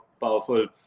powerful